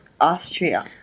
Austria